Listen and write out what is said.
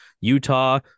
Utah